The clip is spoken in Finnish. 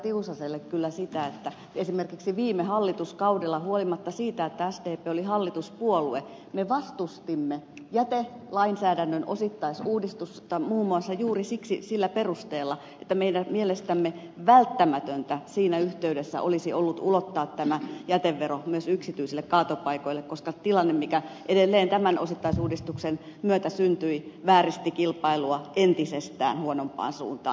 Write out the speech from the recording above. tiusaselle kyllä siitä että esimerkiksi viime hallituskaudella huolimatta siitä että sdp oli hallituspuolue me vastustimme jätelainsäädännön osittaisuudistusta muun muassa juuri sillä perusteella että meidän mielestämme välttämätöntä siinä yhteydessä olisi ollut ulottaa tämä jätevero myös yksityisille kaatopaikoille koska tilanne mikä edelleen tämän osittaisuudistuksen myötä syntyi vääristi kilpailua entisestään huonompaan suuntaan